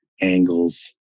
angles